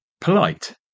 polite